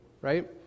right